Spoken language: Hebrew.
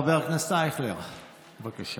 חבר הכנסת אייכלר, בבקשה.